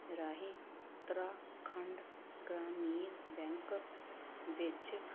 ਰਾਹੀਂ ਉੱਤਰਾਖੰਡ ਗ੍ਰਾਮੀਣ ਬੈਂਕ ਵਿੱਚ